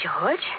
George